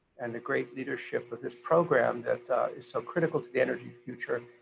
and the great leadership of this program that is so critical to the energy future.